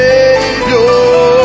Savior